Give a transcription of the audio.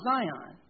Zion